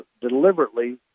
deliberately